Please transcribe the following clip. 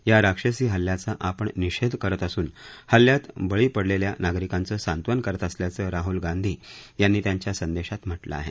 या राक्षसी हल्ल्याचा आपण निषेध करत असून हल्ल्यात बळी पडलेल्या नागरिकांचं सांत्वन करत असल्याचं राहल गांधी यांनी त्यांच्या संदेशात म्हटलं आहे